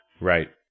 Right